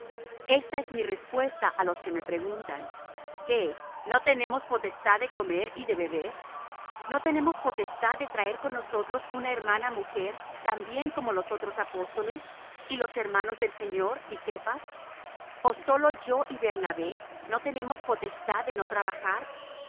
esta es mi respuesta á los que me preguntan qué no tenemos potestad de comer y de beber no tenemos potestad de traer con nosotros una hermana mujer también como los otros apóstoles y los hermanos del señor y cefas o sólo yo y bernabé no tenemos potestad de no trabajar